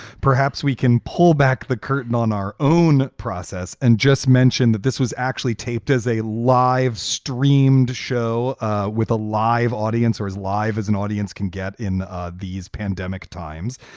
perhaps we can pull back the curtain on our own process. and just mentioned that this was actually taped as a live streamed show ah with a live audience or as live as an audience can get in these pandemic times.